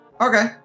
Okay